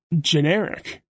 generic